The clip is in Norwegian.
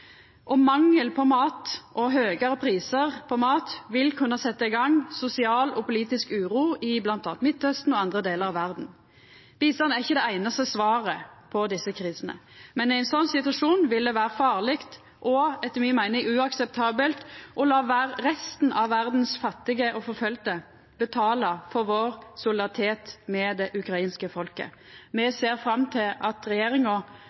og Jemen, og mangelen på mat og høgare prisar på mat vil kunna setja i gang sosial og politisk uro i bl.a. Midt-Austen og andre delar av verda. Bistand er ikkje det einaste svaret på desse krisene. Men i ein slik situasjon vil det vera farleg og etter mi meining uakseptabelt å la resten av verdas fattige og forfølgde betala for vår solidaritet med det ukrainske folket. Me ser fram til at regjeringa